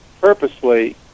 purposely